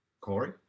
Corey